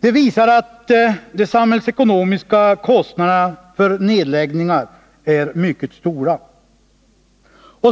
De visar att de samhällsekonomiska kostnaderna för nedläggningar är mycket stora.